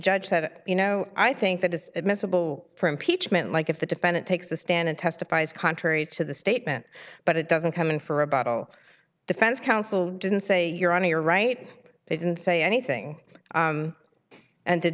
judge said you know i think that is admissible for impeachment like if the defendant takes the stand and testifies contrary to the statement but it doesn't come in for a battle defense counsel didn't say you're on you're right they didn't say anything and did